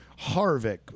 Harvick